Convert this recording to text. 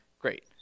great